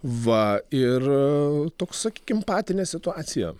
va ir toks sakykim patinė situacija